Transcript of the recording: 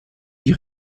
die